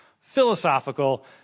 philosophical